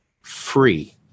free